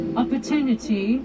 opportunity